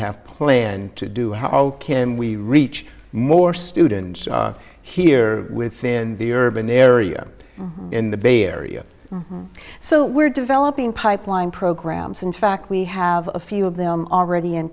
have planned to do how can we reach more students here within the urban area in the bay area so we're developing pipeline programs in fact we have a few of them already in